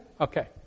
Okay